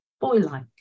boy-like